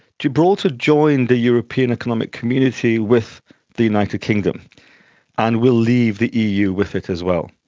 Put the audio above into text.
gibraltar joined the european economic community with the united kingdom and will leave the eu with it as well.